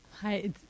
Hi